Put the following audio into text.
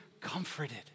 comforted